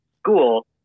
school